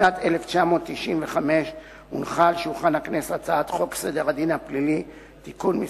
בשנת 1995 הונחה על שולחן הכנסת הצעת חוק סדר הדין הפלילי (תיקון מס'